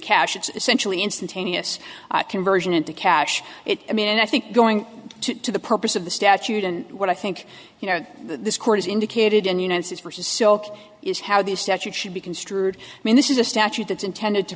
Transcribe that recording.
cash it's essentially instantaneous conversion into cash it i mean and i think going to the purpose of the statute and what i think you know this court is indicated in the united states versus so is how the statute should be construed i mean this is a statute that's intended to